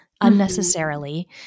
unnecessarily